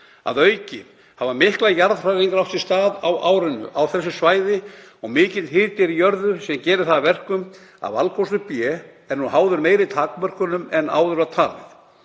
Að auki hafa miklar jarðhræringar átt sér stað á árinu á þessu svæði og mikill hiti er í jörðu sem gerir það að verkum að valkostur B er nú háður meiri takmörkunum en áður var talið.